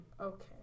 okay